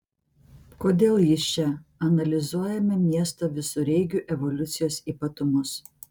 kodėl jis čia analizuojame miesto visureigių evoliucijos ypatumus